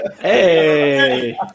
Hey